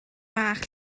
fach